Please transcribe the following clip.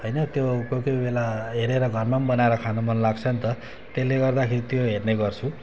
होइन त्यो कोही कोही बेला हेरेर घरमा पनि बनाएर खान मनलाग्छ नि त त्यसले गर्दाखेरि त्यो हेर्ने गर्छु